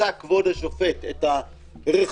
חצה כבוד השופט את הכביש